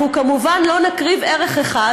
אנחנו כמובן לא נקריב ערך אחד,